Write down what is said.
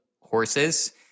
horses